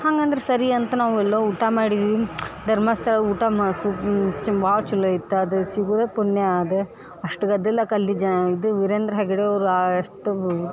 ಹಂಗಂದ್ರೆ ಸರಿ ಅಂತ ನಾವು ಎಲ್ಲ ಊಟ ಮಾಡಿದ್ವಿ ಧರ್ಮಸ್ಥಳ ಊಟ ಮಾ ಸು ಚಿ ಭಾಳ ಚಲೋ ಇತ್ತು ಅದು ಸಿಗುವುದೇ ಪುಣ್ಯ ಅದ ಅಷ್ಟು ಗದ್ದಲಕ್ಕೆ ಅಲ್ಲಿ ಜ ಇದು ವೀರೇಂದ್ರ ಹೆಗ್ಗಡೆ ಅವರು ಆ ಅಷ್ಟು